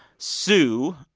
sue,